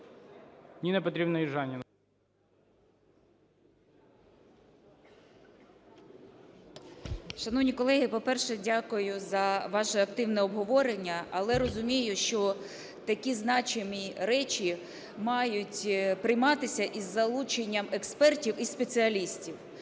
Ніна Петрівна Южаніна.